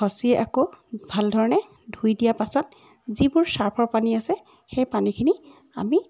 খচি আকৌ ভালধৰণে ধুই দিয়া পাছত যিবোৰ চাৰ্ফৰ পানী আছে সেই পানীখিনি ভালধৰণে